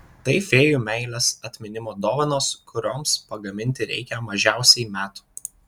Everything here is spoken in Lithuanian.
tai fėjų meilės atminimo dovanos kurioms pagaminti reikia mažiausiai metų